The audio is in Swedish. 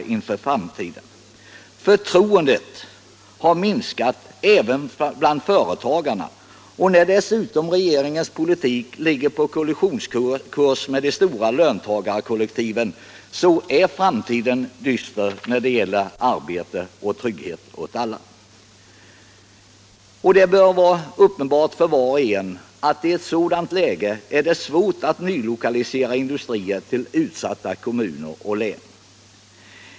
Tillförsikten inför framtiden har minskat även bland företagarna, och med tanke på att regeringens politik dessutom ligger på kollisionskurs med de stora löntagarkollektiven är framtiden dyster när det gäller arbete och trygghet åt alla. Det bör vara uppenbart för var och en att det i ett sådant läge är svårt att nylokalisera industrier till utsatta kommuner och län.